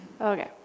Okay